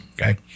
okay